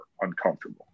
uncomfortable